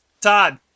Todd